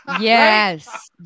Yes